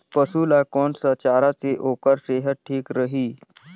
पशु ला कोन स चारा से ओकर सेहत ठीक रही?